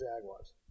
Jaguars